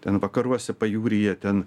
ten vakaruose pajūryje ten